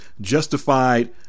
justified